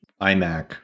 iMac